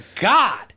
God